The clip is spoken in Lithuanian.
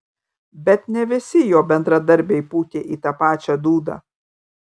bet ne visi jo bendradarbiai pūtė į tą pačią dūdą